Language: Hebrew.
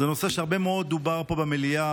זה נושא שהרבה מאוד דובר פה במליאה,